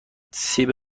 سیب